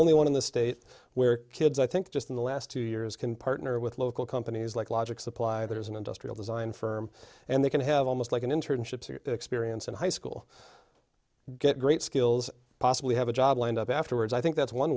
only one in the state where kids i think just in the last two years can partner with local companies like logic supply that is an industrial design firm and they can have almost like an internship experience in high school get great skills possibly have a job lined up afterwards i think that's one